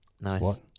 Nice